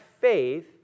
faith